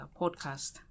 podcast